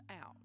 out